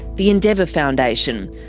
the endeavour foundation.